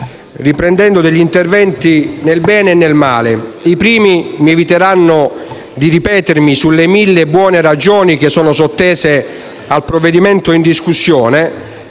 riprendendo degli interventi nel bene e nel male: i primi mi eviteranno di ripetermi sulle mille buone ragioni che sono sottese al provvedimento in discussione;